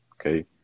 okay